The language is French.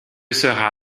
sera